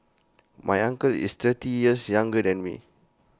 my uncle is thirty years younger than me